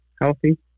healthy